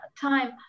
time